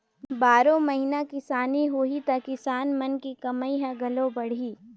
बारो महिना किसानी होही त किसान मन के कमई ह घलो बड़ही